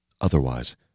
Otherwise